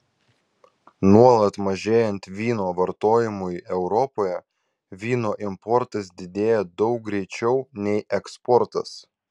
nuolat mažėjant vyno vartojimui europoje vyno importas didėja daug greičiau nei eksportas